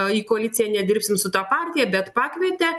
į koaliciją nedirbsim su ta partija bet pakvietė